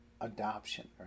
adoption